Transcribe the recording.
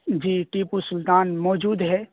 جی ٹیپو سلطان موجود ہے